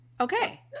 Okay